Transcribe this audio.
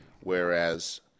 Whereas